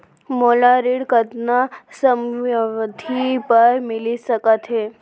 मोला ऋण कतना समयावधि भर मिलिस सकत हे?